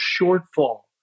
shortfall